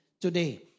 today